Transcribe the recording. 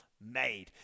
made